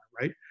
right